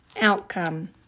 outcome